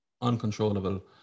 uncontrollable